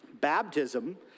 Baptism